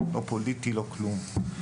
לא פוליטי ולא כלום.